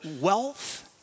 wealth